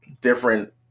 different